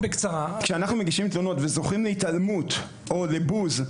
כשאנחנו מגישים תלונות וזוכים להתעלמות או לבוז,